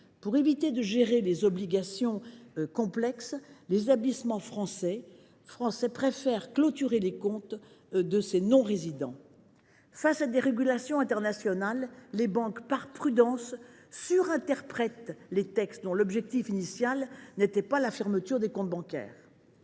Pour éviter de gérer des obligations complexes, les établissements français préfèrent clôturer les comptes de ces non résidents. Face à de telles régulations internationales, les banques, par prudence, surinterprètent des textes dont l’objectif initial n’était pas la fermeture de comptes bancaires.